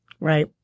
Right